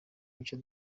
mico